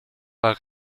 war